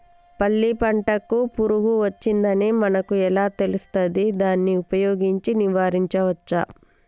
పల్లి పంటకు పురుగు వచ్చిందని మనకు ఎలా తెలుస్తది దాన్ని ఉపయోగించి నివారించవచ్చా?